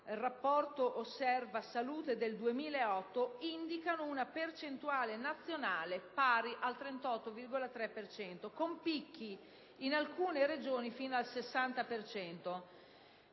(rapporto Osservasalute del 2008) indicano una percentuale nazionale pari al 38,3 per cento, con picchi in alcune Regioni fino al 60